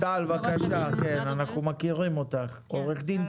טל פוקס ממשרד הבריאות.